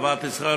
אהבת ישראל,